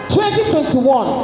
2021